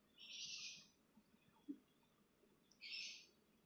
mm